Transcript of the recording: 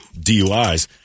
DUIs